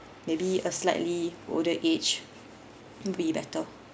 maybe a slightly older age would be better